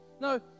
No